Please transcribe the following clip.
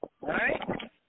Right